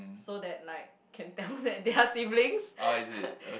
so that like can tell that they are siblings